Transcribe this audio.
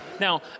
now